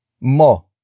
mo